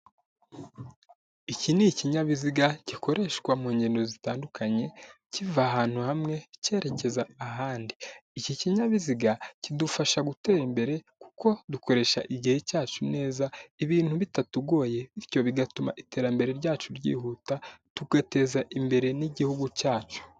Iki ni ikinyabiziga gikoreshwa mu ngendo zitandukanye kiva ahantu hamwe cyerekeza ahandi. Iki kinyabiziga kidufasha gutera imbere kuko dukoresha igihe cyacu neza ibintu bitatugoye bityo bigatuma iterambere ryacu ryihuta tugateza imbere n'igihugu cyacu.